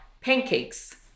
pancakes